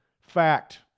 Fact